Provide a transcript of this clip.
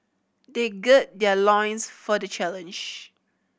they gird their loins for the challenge